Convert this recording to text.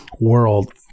world